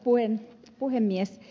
arvoisa puhemies